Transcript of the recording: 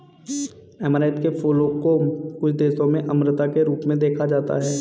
amaranth के फूलों को कुछ देशों में अमरता के रूप में देखा जाता है